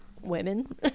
women